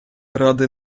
ради